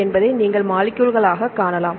என்பதை நீங்கள் மாலிக்யூல்களாகக் காணலாம்